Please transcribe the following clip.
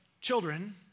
children